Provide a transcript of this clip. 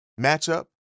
matchup